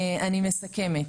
אני מסכמת.